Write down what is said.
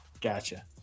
Gotcha